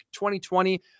2020